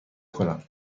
کنم